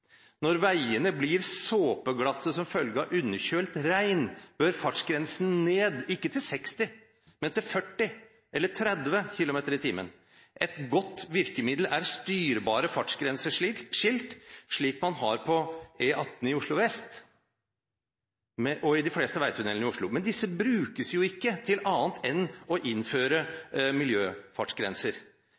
Når veiene blir såpeglatte som følge av underkjølt regn, bør fartsgrensen ned – ikke til 60 km i timen, men til 40 km i timen eller til 30 km i timen. Et godt virkemiddel er styrbare fartsgrenseskilt, slik man har på E18 i Oslo vest, og i de fleste veitunnelene i Oslo. Men disse brukes jo ikke til annet enn å innføre miljøfartsgrenser.